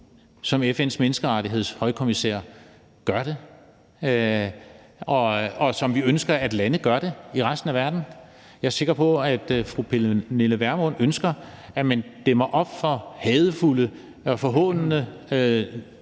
for menneskerettigheder gør det, og som vi ønsker at lande gør det i resten af verden. Jeg er sikker på, at fru Pernille Vermund ønsker, at man dæmmer op for hadefulde og forhånende